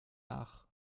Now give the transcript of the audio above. nach